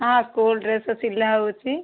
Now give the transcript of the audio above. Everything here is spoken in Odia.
ହଁ ସ୍କୁଲ୍ ଡ୍ରେସ୍ ସିଲା ହେଉଛି